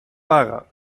paga